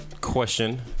question